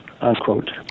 unquote